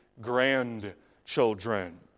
grandchildren